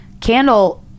candle